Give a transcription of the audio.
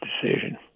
decision